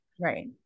right